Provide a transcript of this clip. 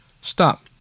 Stop